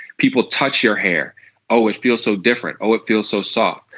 people touch your hair always feel so different oh it feels so soft.